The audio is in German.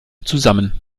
zusammen